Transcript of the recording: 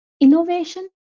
innovation